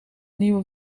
nieuwe